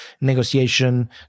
negotiation